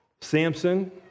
Samson